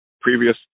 previous